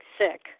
sick